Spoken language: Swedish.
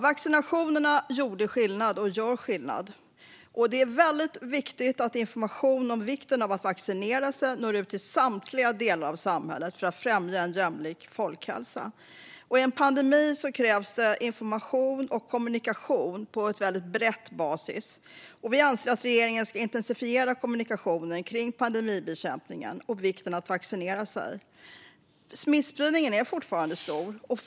Vaccinationerna gjorde och gör skillnad. Det är väldigt viktigt att information om vikten av att vaccinera sig når ut till samtliga delar av samhället för att främja en jämlik folkhälsa. I en pandemi krävs information och kommunikation på väldigt bred basis. Vi anser att regeringen ska intensifiera kommunikationen kring pandemibekämpningen och vikten av att vaccinera sig. Smittspridningen är fortfarande stor.